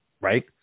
right